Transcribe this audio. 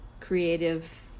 creative